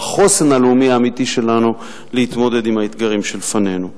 או החוסן הלאומי האמיתי שלנו להתמודד עם האתגרים שלפנינו.